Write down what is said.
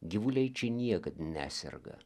gyvuliai čia niekad neserga